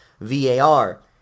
VAR